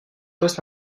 post